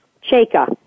Chaka